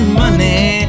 money